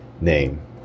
name